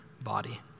body